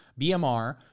BMR